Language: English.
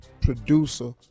producer